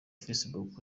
facebook